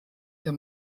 der